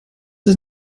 ist